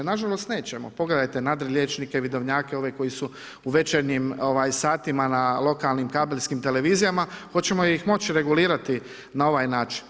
Nažalost, nećemo, pogledajmo nadliječnike, vidovnjake, oni koji su u večernjim satima u lokalnim kabelskim televizijama, hoćemo li ih moći regulirati na ovaj način?